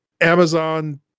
Amazon